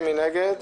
מי נגד?